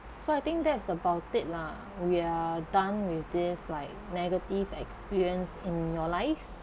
so I think that is about it lah we are done with this like negative experience in your life